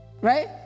Right